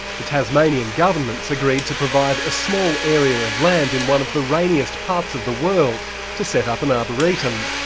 the tasmanian government has so agreed to provide a small area of land in one of the rainiest parts of the world to set up an arboretum.